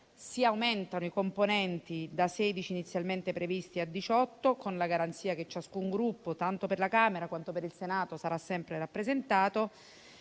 Si aumentano i componenti, dai 16 inizialmente previsti a 18, con la garanzia che ciascun Gruppo, tanto per la Camera dei deputati quanto per il Senato, sarà sempre rappresentato.